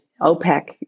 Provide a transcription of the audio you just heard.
OPEC